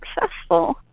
successful